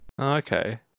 Okay